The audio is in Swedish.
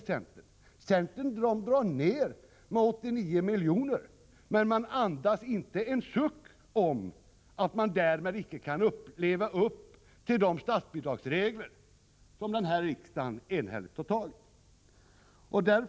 I stället föreslår centern en neddragning av anslaget med 89 milj.kr., men man andas inte en suck om att man därmed inte kan leva upp till de statsbidragsregler som riksdagen enhälligt har fattat beslut om.